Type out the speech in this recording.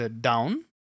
down